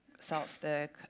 Salzburg